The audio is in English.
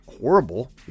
horrible